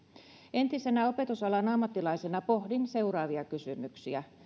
entisenä opetusalan ammattilaisena pohdin seuraavia kysymyksiä